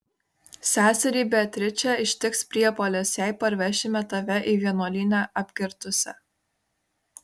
seserį beatričę ištiks priepuolis jei parvešime tave į vienuolyną apgirtusią